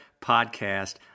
podcast